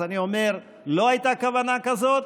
אז אני אומר: לא הייתה כוונה כזאת,